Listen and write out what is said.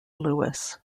lewis